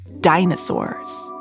dinosaurs